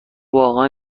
واقعا